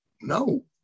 no